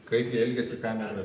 kaip jie elgiasi kameroje